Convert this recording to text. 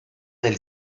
del